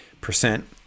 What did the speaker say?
percent